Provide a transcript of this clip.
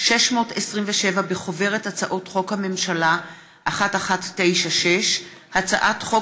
627 בחוברת הצעות חוק הממשלה מס' 1196 (הצעת חוק